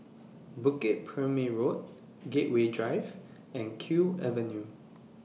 Bukit Purmei Road Gateway Drive and Kew Avenue